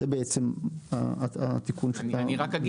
זה בעצם התיקון שאתה מציע להכניס.